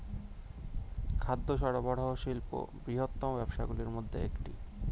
খাদ্য সরবরাহ শিল্প বৃহত্তম ব্যবসাগুলির মধ্যে একটি